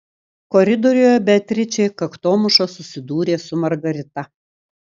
koridoriuje beatričė kaktomuša susidūrė su margarita